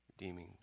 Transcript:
Redeeming